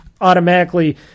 automatically